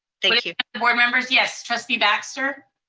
thank you. board members, yes, trustee baxter?